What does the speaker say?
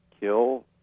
kill